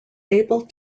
able